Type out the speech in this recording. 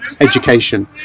education